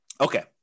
Okay